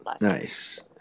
Nice